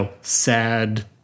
sad